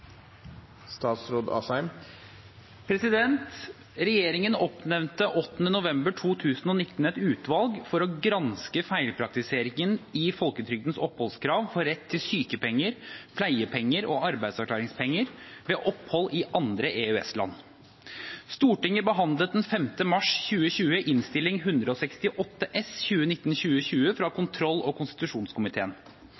folketrygdens oppholdskrav for rett til sykepenger, pleiepenger og arbeidsavklaringspenger ved opphold i andre EØS-land. Stortinget behandlet den 15. mars 2020 Innst. 168 S for 2019–2020, fra